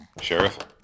Sheriff